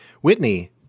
Whitney